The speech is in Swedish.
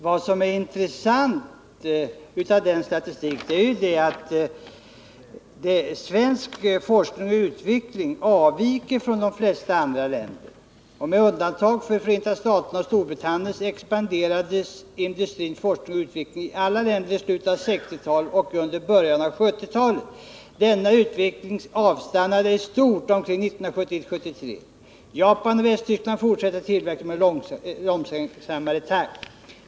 Vad som är intressant i den statistiken är att siffrorna för svensk forskning och utveckling avviker från dem för de flesta andra länder. Med undantag för Förenta staterna och Storbritannien expanderade teknisk forskning och utveckling i alla länder i slutet av 1960-talet och under början av 1970-talet. Denna utveckling avstannade i stort sett under perioden 1971-1973. I Japan och Västtyskland fortsatte tillväxten, men i långsammare takt.